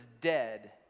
dead